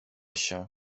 się